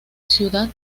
ciudad